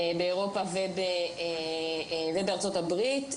באירופה ובארצות הברית,